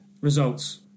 Results